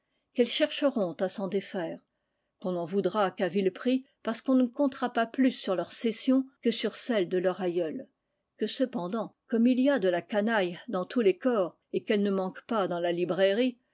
qu'elles chercheront à s'en défaire qu'on n'en voudra qu'à vil prix parce qu'on ne comptera pas plus sur leur cession que sur celle de leur aïeul que cependant comme il y a de la canaille dans tous les corps et qu'elle ne manque pas dans la librairie